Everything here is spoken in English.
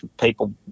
people